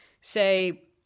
say